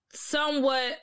somewhat